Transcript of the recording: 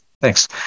Thanks